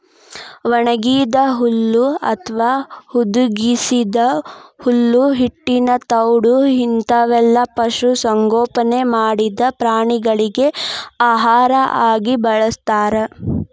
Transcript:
ಒಣಗಿದ ಹುಲ್ಲು ಅತ್ವಾ ಹುದುಗಿಸಿದ ಹುಲ್ಲು ಹಿಟ್ಟಿನ ತೌಡು ಇಂತವನ್ನೆಲ್ಲ ಪಶು ಸಂಗೋಪನೆ ಮಾಡಿದ ಪ್ರಾಣಿಗಳಿಗೆ ಆಹಾರ ಆಗಿ ಬಳಸ್ತಾರ